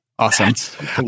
awesome